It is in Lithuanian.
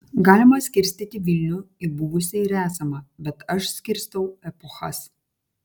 galima skirstyti vilnių į buvusį ir esamą bet aš skirstau epochas